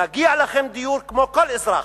מגיע לכם דיור כמו לכל אזרח,